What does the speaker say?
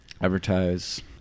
advertise